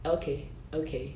okay okay